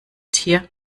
tier